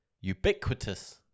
ubiquitous